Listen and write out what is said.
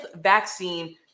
vaccine